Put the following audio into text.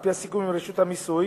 על-פי הסיכום עם רשות המיסוי,